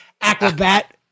Acrobat